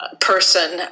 person